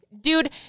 dude